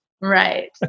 right